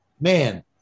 Man